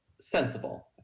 sensible